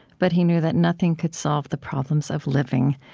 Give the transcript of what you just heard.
but he knew that nothing could solve the problems of living.